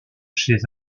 chez